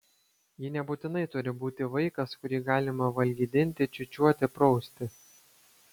ji nebūtinai turi būti vaikas kurį galima valgydinti čiūčiuoti prausti